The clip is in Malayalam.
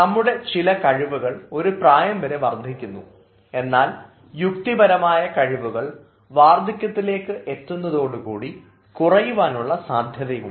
നമ്മുടെ ചില കഴിവുകൾ ഒരു പ്രായം വരെ വർദ്ധിക്കുന്നു എന്നാൽ യുക്തിപരമായ കഴിവുകൾ വാർദ്ധക്യത്തിലേക്ക് എത്തുന്നതോടുകൂടി കുറയുവാനുള്ള സാധ്യതയുണ്ട്